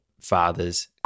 father's